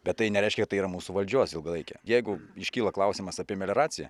bet tai nereiškia kad tai yra mūsų valdžios ilgalaikė jeigu iškyla klausimas apie melioraciją